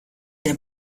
der